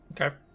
Okay